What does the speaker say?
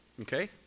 Okay